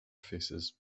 faces